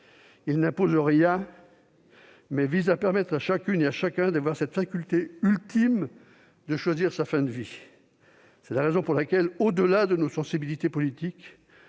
Il n'impose rien, mais il vise à permettre à chacune et chacun d'avoir la faculté ultime de choisir sa fin de vie. C'est la raison pour laquelle, au-delà de nos sensibilités politiques,